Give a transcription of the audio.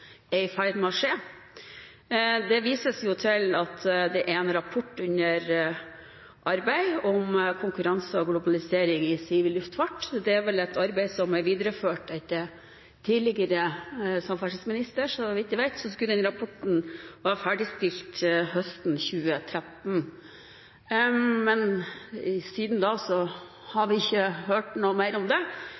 er i ferd med å skje. Det vises til at det er en rapport under arbeid om konkurranse og globalisering i sivil luftfart. Det er et arbeid som er videreført fra tidligere samferdselsminister, og så vidt jeg vet, skulle den rapporten vært ferdigstilt høsten 2013. Men siden da har vi ikke hørt noe mer om det. Kan statsråden bekrefte at den kommer innen kort tid, og at det